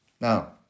Now